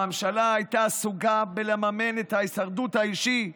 הממשלה הייתה עסוקה בלממן את ההישרדות האישית,